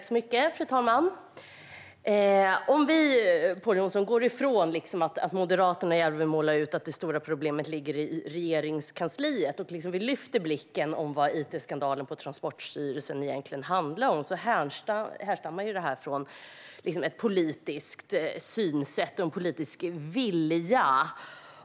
Fru talman! Om vi, Pål Jonson, går ifrån att Moderaterna gärna vill måla upp att det stora problemet ligger i Regeringskansliet och lyfter blicken när det gäller vad it-skandalen på Transportstyrelsen egentligen handlar om härstammar detta från ett politiskt synsätt och en politisk vilja.